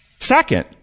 Second